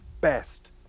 best